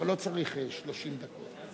ולא צריך 30 דקות.